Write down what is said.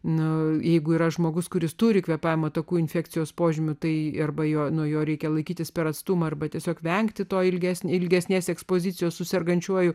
na jeigu yra žmogus kuris turi kvėpavimo takų infekcijos požymių tai arba jo nuo jo reikia laikytis per atstumą arba tiesiog vengti to ilgesnį ilgesnės ekspozicijos su sergančiuoju